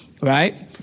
right